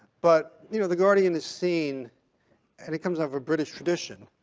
but you know, the guardian is seen and it comes out of a british tradition,